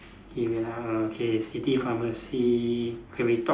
K wait ah err okay city pharmacy okay we talk